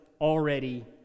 already